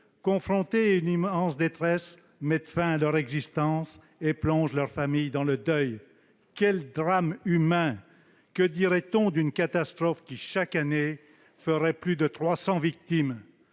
confrontés à une immense détresse, mettent fin à leur existence et plongent leur famille dans le deuil. Quel drame humain ! Que dirait-on d'une catastrophe qui, chaque année, ferait plus de 300 victimes ?